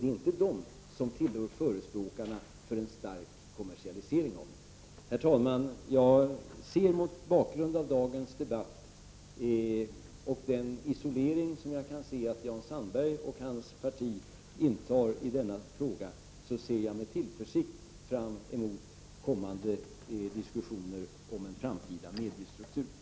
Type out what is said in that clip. Dessa föreningar tillhör inte förespråkarna för en stark kommersialisering av närradion. Herr talman! Mot bakgrund av dagens debatt och den isolering som jag kan se att Jan Sandberg och hans parti intar i denna fråga, så ser jag med tillförsikt fram emot kommande diskussioner om en framtida mediestruktur.